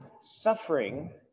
Suffering